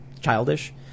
childish